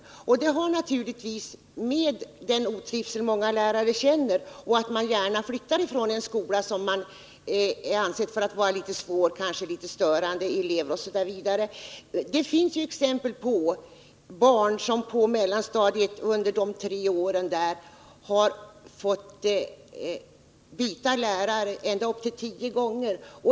Det har naturligtvis att göra med den otrivsel många lärare känner och att man gärna flyttar från en skola som är ansedd för att vara litet . svår, kanske ha litet störande elever osv. Det finns exempel på att barn under de tre åren på mellanstadiet har fått byta lärare ända upp till tio gånger.